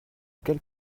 quelle